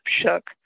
shook